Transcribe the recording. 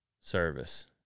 service